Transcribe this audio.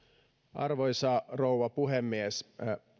arvoisa rouva puhemies